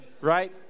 right